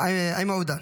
איימן עודה.